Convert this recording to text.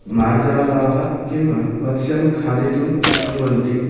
मार्जालाः किं मत्स्यं खादितुं शक्नुवन्ति